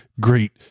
great